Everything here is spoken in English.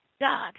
God